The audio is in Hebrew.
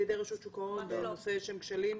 ידי רשות שוק ההון בנושא איזשהם כשלים?